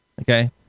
Okay